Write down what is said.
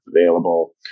available